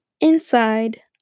inside